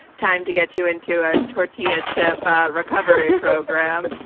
time to get you into a tortilla chip recovery program,